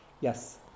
yes